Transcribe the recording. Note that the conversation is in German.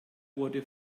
wurde